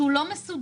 שהוא לא מסודר.